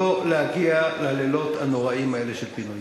לא להגיע ללילות הנוראיים האלה של פינויים.